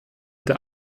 der